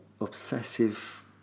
obsessive